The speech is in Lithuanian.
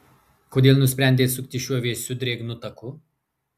kodėl nusprendei sukti šiuo vėsiu drėgnu taku